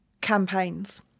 campaigns